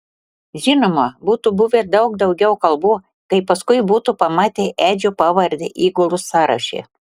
žinoma būtų buvę daug daugiau kalbų kai paskui būtų pamatę edžio pavardę įgulos sąraše